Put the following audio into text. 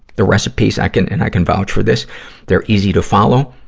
the recipes i can, and i can vouch for this they're easy to follow.